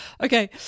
Okay